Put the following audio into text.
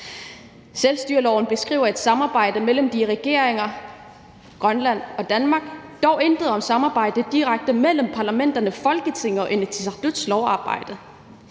Selvstyreloven beskriver et samarbejde mellem de to regeringer i Grønland og i Danmark, men dog intet om samarbejdet direkte imellem parlamenterne Folketinget og Inatsisartut i forhold